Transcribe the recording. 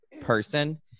person